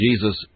Jesus